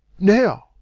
now,